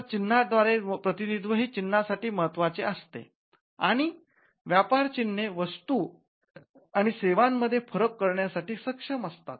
तर चित्रद्व्यारे प्रतिनिधित्त्व हे चिन्हासाठी महत्त्वाची असते आणि व्यापार चिन्हे वस्तू आणि सेवांमध्ये फरक करण्यास सक्षम असतात